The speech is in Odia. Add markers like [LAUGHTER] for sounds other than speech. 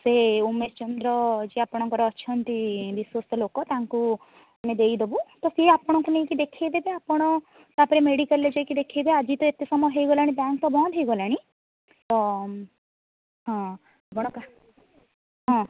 ସେ ଉମେଶ ଚନ୍ଦ୍ର ଯିଏ ଅପାଣଙ୍କର ଅଛନ୍ତି ବିଶ୍ଵସ୍ତ ଲୋକ ତାଙ୍କୁ ଆମେ ତାଙ୍କୁ ଦେଇଦେବୁ ତ ସେ ଆପଣଙ୍କୁ ନେଇକି ଦେଖାଇ ଦେବେ ଆପଣ ତା'ପରେ ମେଡ଼ିକାଲ୍ରେ ଯାଇକି ଦେଖାଇବେ ଆଜି ତ ଏତେ ସମୟ ହୋଇଗଲାଣି ବ୍ୟାଙ୍କ୍ ତ ବନ୍ଦ ହୋଇଗଲାଣି ତ ହଁ ଆପଣ [UNINTELLIGIBLE] ହଁ